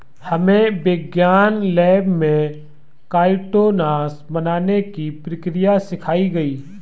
हमे विज्ञान लैब में काइटोसान बनाने की प्रक्रिया सिखाई गई